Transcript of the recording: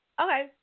Okay